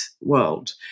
world